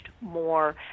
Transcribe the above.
more